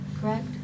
correct